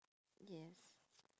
yes